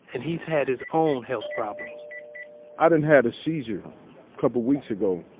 and he's had his own health problems i done had a seizure a couple weeks ago,